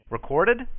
Recorded